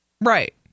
Right